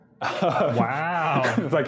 Wow